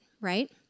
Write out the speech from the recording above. right